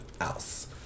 else